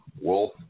Wolf